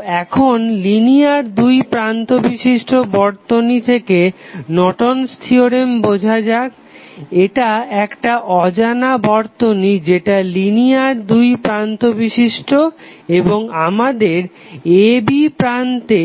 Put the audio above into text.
তো এখন লিনিয়ার দুই প্রান্ত বিশিষ্ট বর্তনী থেকে নর্টন'স থিওরেম Nortons Theorem বোঝা যাক এটা একটা অজানা বর্তনী যেটা লিনিয়ার দুই প্রান্ত বিশিষ্ট এবং আমাদের a b প্রান্তে